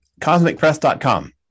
CosmicPress.com